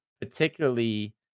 particularly